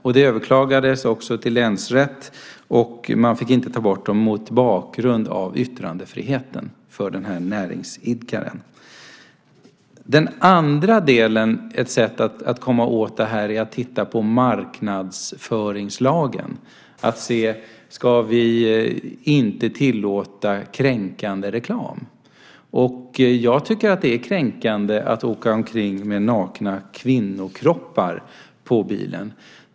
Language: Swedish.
Ärendet överklagades till länsrätten, men staden fick inte ta bort dem mot bakgrund av yttrandefriheten för den näringsidkaren. Den andra möjligheten, det andra sättet, att komma åt det är att titta på marknadsföringslagen, att inte tillåta kränkande reklam. Jag tycker att det är kränkande att man åker omkring med nakna kvinnokroppar på bilen.